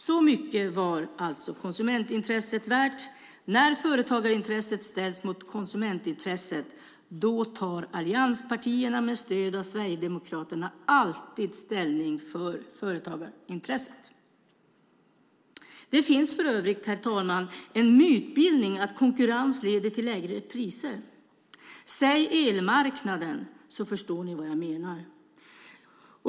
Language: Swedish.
Så mycket var alltså konsumentintresset värt. När företagarintresset ställs mot konsumentintresset tar allianspartierna med stöd av Sverigedemokraterna alltid ställning för företagarintresset. Det finns för övrigt, herr talman, en mytbildning om att konkurrens leder till lägre priser. Säg elmarknaden så förstår ni vad jag menar.